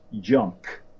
junk